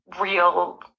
real